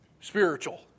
spiritual